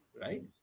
Right